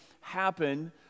happen